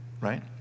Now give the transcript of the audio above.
right